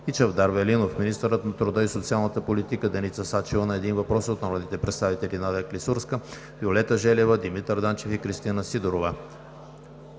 и Чавдар Велинов; - министърът на труда и социалната политика Деница Сачева – на един въпрос от народните представители Надя Клисурска-Жекова, Виолета Желева, Димитър Данчев и Кристина Сидорова;